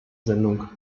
sendung